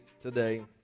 today